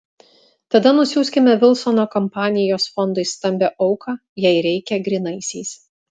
tada nusiųskime vilsono kampanijos fondui stambią auką jei reikia grynaisiais